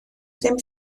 ddim